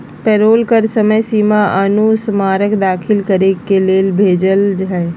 payroll कर समय सीमा अनुस्मारक दाखिल करे ले भेजय हइ